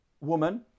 woman